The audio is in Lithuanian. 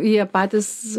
jie patys